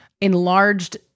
enlarged